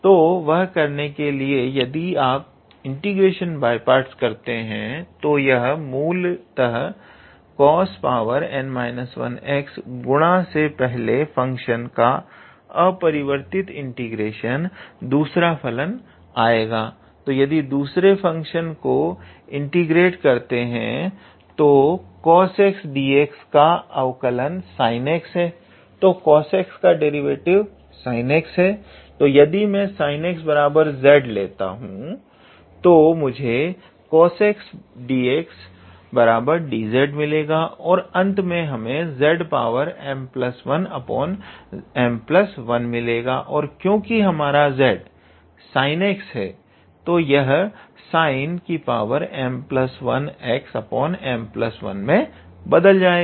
तो वह करने के लिए यदि आप इंटीग्रेशन बाय पार्ट्स करते हैं तो यह मूलतः 𝑐𝑜𝑠𝑛−1𝑥 गुणा पहले फंक्शन का अपरिवर्तित इंटीग्रेशन दूसरे फलन का आएगा तो यदि दूसरे फंक्शन को इंटीग्रेट करते हैं तो cosxdx का अवकलन sinx है तो cosx का डेरिवेटिव sinx है तो यदि मैं sinxz लेता हूं तो मुझे cosxdx d z मिलेगा और अंत में हमें zm1m1 मिलेगा और क्योंकि हमारा z sinx है तो यह sinm1xm1 मे बादल जाएगा